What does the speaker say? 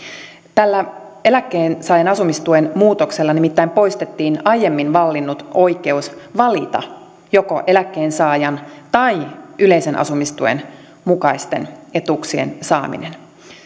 tällä eläkkeensaajan asumistuen muutoksella nimittäin poistettiin aiemmin vallinnut oikeus valita joko eläkkeensaajan tai yleisen asumistuen mukaisten etuuksien saaminen